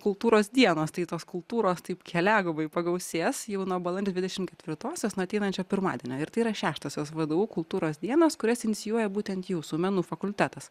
kultūros dienos tai tos kultūros taip keliagubai pagausės jau nuo balandžio dvidešimt ketvirtosios nuo ateinančio pirmadienio ir tai yra šeštosios vdu kultūros dienos kurias inicijuoja būtent jūsų menų fakultetas